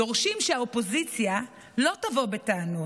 דורשים שהאופוזיציה לא תבוא בטענות.